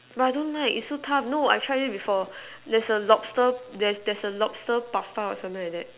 but I don't like it's so tough no I tried it before there's a lobster there's there's a lobster pasta or something like that